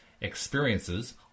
experiences